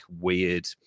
weird